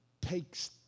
takes